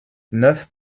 neuf